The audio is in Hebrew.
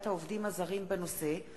העובדים הזרים בעקבות דיון מהיר בנושא: